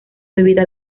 bebida